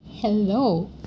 Hello